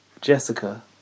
Jessica